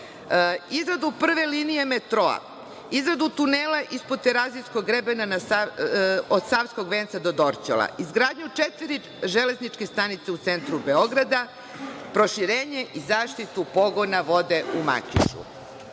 izradu prve linije metroa, izradu tunela ispod Terazijskog grebena od Savskog venca do Dorćola. Izgradnju četiri železničke stanice u centru Beograda, proširenje i zaštitu pogona vode u Makšu.